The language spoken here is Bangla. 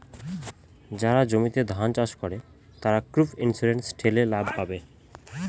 যারা জমিতে ধান চাষ করে, তারা ক্রপ ইন্সুরেন্স ঠেলে লাভ পাবে